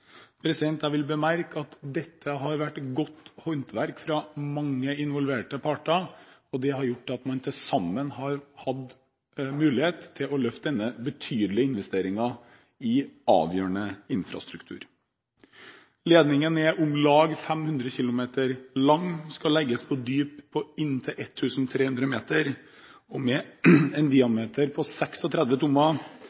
Jeg vil bemerke at dette har vært godt håndverk fra mange involverte parter, og det har gjort at man til sammen har hatt mulighet til å løfte denne betydelige investeringen i avgjørende infrastruktur. Ledningen er om lang 500 km lang og skal legges på dyp på inntil 1 300 meter. Med en